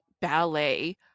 ballet